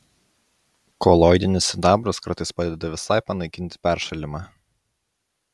koloidinis sidabras kartais padeda visai panaikinti peršalimą